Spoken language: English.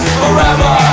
forever